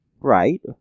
Right